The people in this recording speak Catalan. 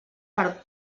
per